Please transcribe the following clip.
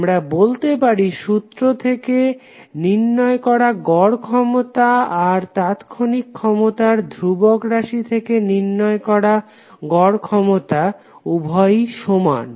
আমরা বলতে পারি সূত্র থেকে নির্ণয় করা গড় ক্ষমতা আর তাৎক্ষণিক ক্ষমতার ধ্রুবক রাশি থেকে নির্ণয় করা গড় ক্ষমতা উভয়েই সমান